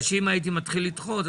מכיוון שאם הייתי מתחיל לדחות,